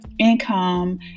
income